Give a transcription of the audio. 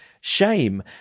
shame